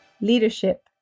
leadership